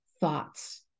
thoughts